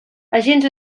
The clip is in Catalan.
agents